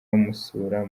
bamusura